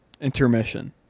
Intermission